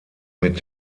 mit